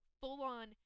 full-on